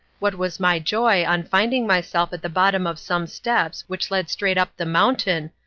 what was my joy on finding myself at the bottom of some steps which led straight up the mountain,